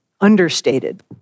Understated